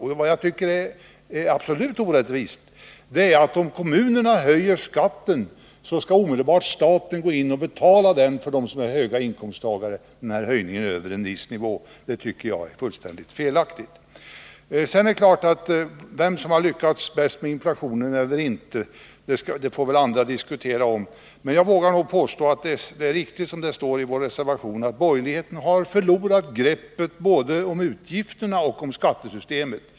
Något som jag tycker är ännu mera orättvist är att om kommunerna höjer skatten så skall omedelbart staten gå in och betala den höjningen över en viss nivå för höginkomsttagare. Det tycker jag är fullständigt felaktigt. Vem som har lyckats bäst med inflationen får väl andra diskutera. Men jag vågar påstå att det är riktigt som det står i vår reservation, nämligen att borgerligheten har förlorat greppet både om utgifterna och om skattesystemet.